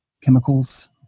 chemicals